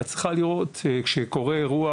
את צריכה לראות כשקורה אירוע,